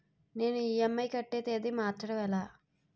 నేను ఇ.ఎం.ఐ కట్టే తేదీ మార్చడం ఎలా?